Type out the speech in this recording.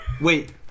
Wait